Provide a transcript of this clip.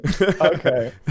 Okay